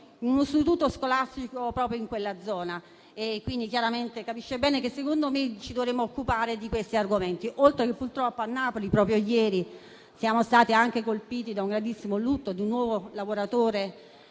un istituto scolastico proprio in quella zona. Quindi chiaramente capisce bene che, secondo me, ci dovremmo occupare di questi argomenti, oltre al fatto che purtroppo a Napoli, proprio ieri, siamo stati colpiti da un gravissimo lutto, con un nuovo lavoratore